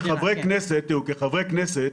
לחברי הכנסת